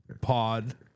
pod